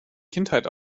kindheit